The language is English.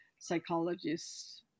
psychologists